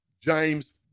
James